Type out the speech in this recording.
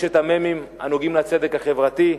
חמשת המ"מים הנוגעים לצדק החברתי,